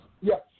yes